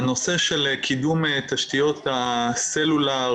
הנושא של קידום תשתיות הסלולר,